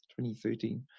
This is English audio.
2013